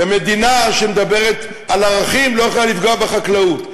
ומדינה שמדברת על ערכים, לא יכולה לפגוע בחקלאות.